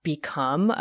become